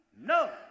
No